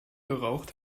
geraucht